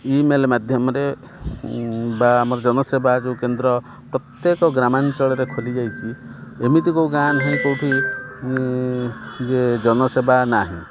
email ମାଧ୍ୟମରେ ବା ଆମର ଜନସେବା ଯେଉଁ କେନ୍ଦ୍ର ପ୍ରତ୍ୟେକ ଗ୍ରାମାଞ୍ଚଳରେ ଖୋଲିଯାଇଛି ଏମିତି କେଉଁ ଗାଁ ନାହିଁ କେଉଁଠି ଯେ ଜନସେବା ନାହିଁ